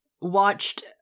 watched